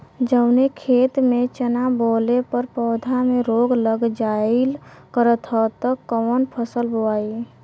जवने खेत में चना बोअले पर पौधा में रोग लग जाईल करत ह त कवन फसल बोआई?